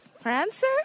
Prancer